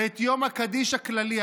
זה את יום הקדיש הכללי.